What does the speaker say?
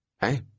Hey